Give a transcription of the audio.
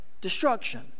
destruction